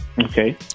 Okay